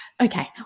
okay